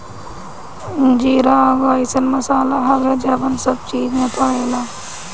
जीरा एगो अइसन मसाला हवे जवन सब चीज में पड़ेला